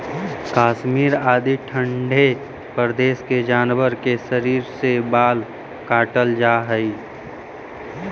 कश्मीर आदि ठण्ढे प्रदेश के जानवर के शरीर से बाल काटल जाऽ हइ